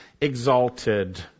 exalted